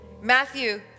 Matthew